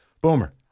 Boomer